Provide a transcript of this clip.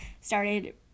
started